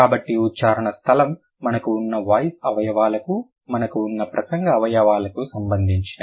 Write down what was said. కాబట్టి ఉచ్చారణ స్థలం మనకు ఉన్న వాయిస్ అవయవాలకు మనకు ఉన్న ప్రసంగ అవయవాలకు సంబంధించినది